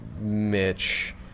Mitch